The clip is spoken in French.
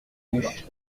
buch